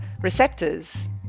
receptors